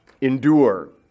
endure